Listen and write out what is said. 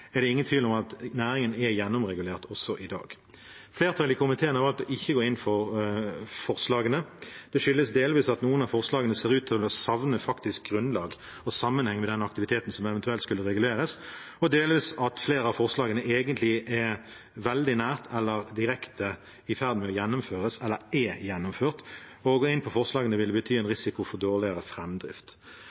er det ingen tvil om at næringen er gjennomregulert også i dag. Flertallet i komiteen har valgt ikke å gå inn for forslagene. Det skyldes delvis at noen av forslagene ser ut til å savne faktisk grunnlag og sammenheng med den aktiviteten som eventuelt skulle reguleres, og delvis at flere av forslagene egentlig er veldig nær – eller direkte – i ferd med å gjennomføres eller er gjennomført. Å gå inn for forslagene ville bety en risiko for dårligere